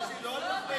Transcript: כי הוא לא יודע מה,